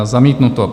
Zamítnuto.